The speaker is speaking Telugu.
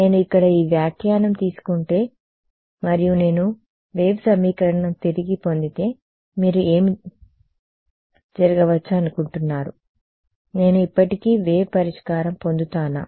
నేను ఇక్కడ ఈ వ్యాఖ్యానం తీసుకుంటే మరియు నేను వేవ్ సమీకరణ తిరిగి పొందితే మీరు ఏమి జరగవచ్చు అనుకుంటున్నారు నేను ఇప్పటికీ వేవ్ పరిష్కారం పొందుతానా